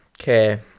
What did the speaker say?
Okay